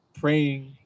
praying